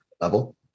level